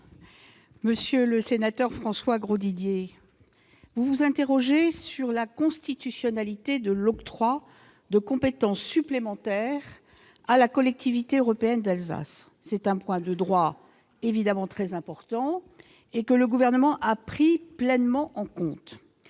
Monsieur le sénateur François Grosdidier, vous vous interrogez sur la constitutionnalité de l'octroi de compétences supplémentaires à la Collectivité européenne d'Alsace. Il s'agit d'un point de droit évidemment très important que le Gouvernement a pris pleinement en compte.